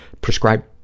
prescribe